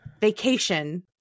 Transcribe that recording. vacation